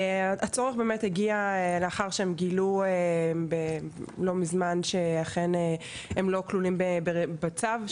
הצורך הגיע לאחר שהם גילו לא מזמן שאכן הם לא כלולים בצו,